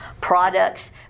products